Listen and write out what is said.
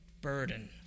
burden